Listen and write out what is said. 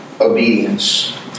obedience